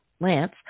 Lance